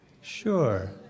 Sure